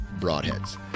broadheads